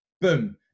Boom